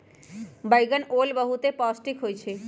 बइगनि ओल बहुते पौष्टिक होइ छइ